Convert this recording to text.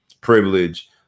privilege